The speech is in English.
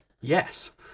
yes